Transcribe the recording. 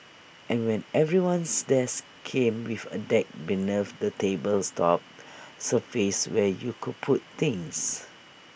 and when everyone's desk came before A deck beneath the table's top surface where you could put things